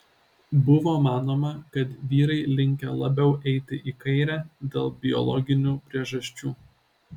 buvo manoma kad vyrai linkę labiau eiti į kairę dėl biologinių priežasčių